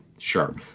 Sure